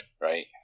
right